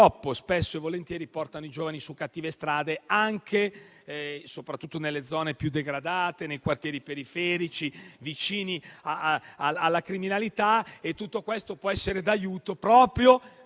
spesso e volentieri portano i giovani su cattive strade, soprattutto nelle zone più degradate, nei quartieri periferici e vicini alla criminalità. Tutto questo può essere d'aiuto e dare